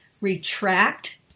retract